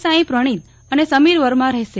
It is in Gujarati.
સાંઇ પ્રણીત અને સમીર વર્મા રમશે